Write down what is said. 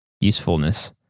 usefulness